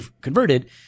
converted